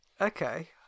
Okay